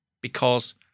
Because-